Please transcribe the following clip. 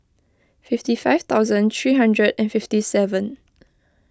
fifty five thousand three hundred and fifty seven